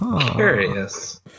Curious